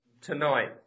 tonight